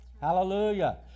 Hallelujah